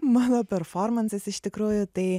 mano performansas iš tikrųjų tai